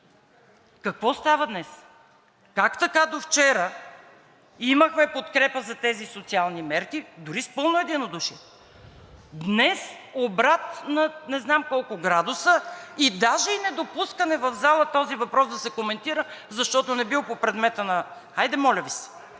Какво става днес?! Как така довчера имахме подкрепа за тези социални мерки, дори с пълно единодушие, днес обрат на не знам колко градуса и даже недопускане в залата на този въпрос да се коментира, защото не бил по предмета на…